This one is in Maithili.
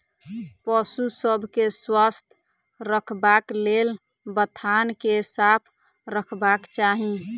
पशु सभ के स्वस्थ रखबाक लेल बथान के साफ रखबाक चाही